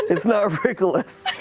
it's not rickolas.